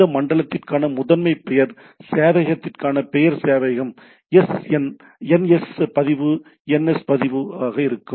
இந்த மண்டலத்திற்கான முதன்மை பெயர் சேவையகத்திற்கான பெயர் சேவையகம் என்எஸ் பதிவு என்எஸ் பதிவு இருக்கும்